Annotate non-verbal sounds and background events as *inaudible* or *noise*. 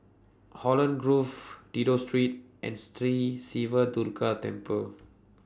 Holland Grove Dido Street and *noise* Sri Siva Durga Temple